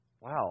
Wow